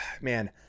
man